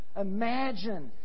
Imagine